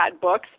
books